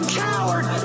coward